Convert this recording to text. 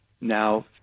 now